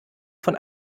von